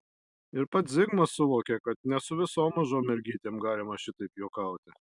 ir pats zigmas suvokė kad ne su visom mažom mergytėm galima šitaip juokauti